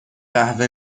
قهوه